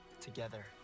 together